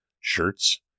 shirts